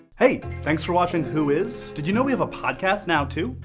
hey, thanks for watching who is. did you know we have a podcast now too?